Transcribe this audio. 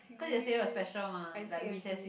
cause yesterday was special mah like recess week